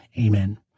Amen